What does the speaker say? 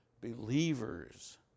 believers